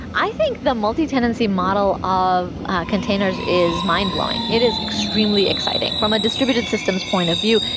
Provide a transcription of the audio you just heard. i think the multi-tenancy model of containers is mind-blowing. it is extremely exciting. from a distributed systems point of view,